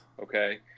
Okay